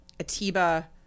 Atiba